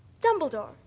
dumbledore.